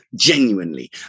genuinely